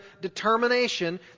determination